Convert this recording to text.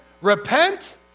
Repent